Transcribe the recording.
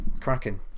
cracking